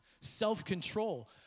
self-control